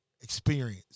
experience